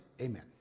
amen